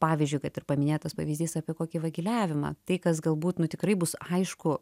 pavyzdžiui kad ir paminėtas pavyzdys apie kokį vagiliavimą tai kas galbūt nu tikrai bus aišku